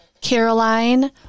Caroline